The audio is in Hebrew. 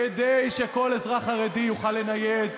כדי שכל אזרח חרדי יוכל לנייד,